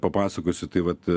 papasakosiu tai vat